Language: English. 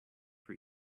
for